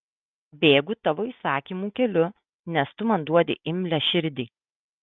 bėgu tavo įsakymų keliu nes tu man duodi imlią širdį